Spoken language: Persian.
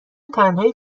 تنهایی